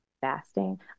fasting